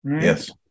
Yes